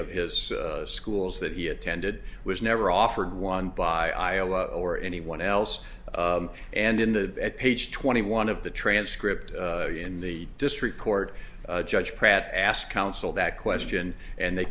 of his schools that he attended was never offered one by iowa or anyone else and in the page twenty one of the transcript in the district court judge pratt asked counsel that question and they